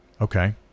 Okay